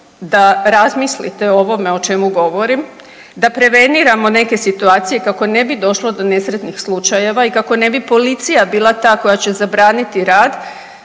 da razmislite o ovome o čemu govorim da preveniramo neke situacije kako ne bi došlo do nesretnih slučajeva i kako ne bi policija bila ta koja će zabraniti rad,